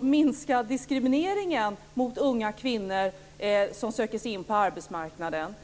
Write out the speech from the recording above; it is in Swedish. minska diskrimineringen av unga kvinnor som söker sig in på arbetsmarknaden.